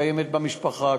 קיימת במשפחה,